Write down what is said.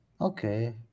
Okay